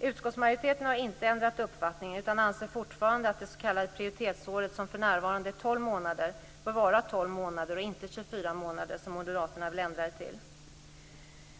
Utskottsmajoriteten har inte ändrat uppfattning utan anser fortfarande att det s.k. prioritetsåret, som för närvarande är 12 månader, bör vara 12 månader och inte 24 månader som Moderaterna vill ändra det till.